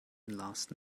last